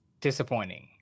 disappointing